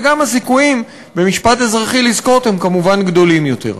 וגם הסיכויים במשפט אזרחי לזכות הם כמובן גדולים יותר.